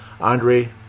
Andre